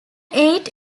eight